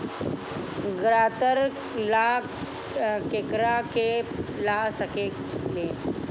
ग्रांतर ला केकरा के ला सकी ले?